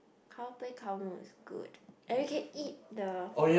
cow play cow moo is good and you can eat the